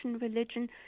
religion